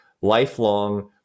lifelong